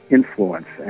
influence